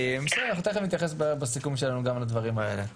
אנחנו תכף נתייחס בסיכום שלנו גם לדברים האלה.